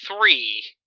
three